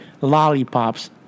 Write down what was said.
lollipops